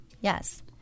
yes